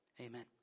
amen